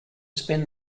spend